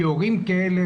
כי הורים כאלה,